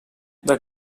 this